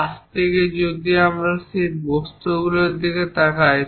পাশ থেকে যদি আমরা সেই বস্তুর দিকে তাকাই